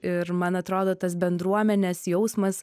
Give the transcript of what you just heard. ir man atrodo tas bendruomenės jausmas